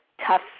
tough